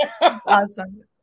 awesome